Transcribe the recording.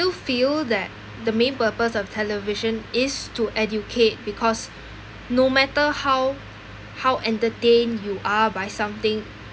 feel that the main purpose of television is to educate because no matter how how entertained you are by something